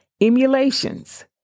emulations